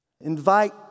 invite